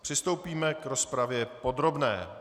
Přistoupíme k rozpravě podrobné.